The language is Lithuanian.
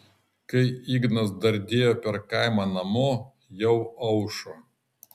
kai ignas dardėjo per kaimą namo jau aušo